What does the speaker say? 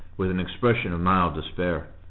with an expression of mild despair.